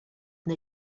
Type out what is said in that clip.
neu